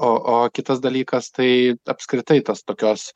o o kitas dalykas tai apskritai tas tokios